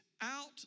out